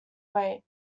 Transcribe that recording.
wait